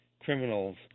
criminals